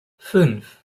fünf